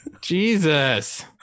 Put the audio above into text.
Jesus